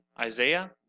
Isaiah